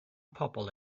pobl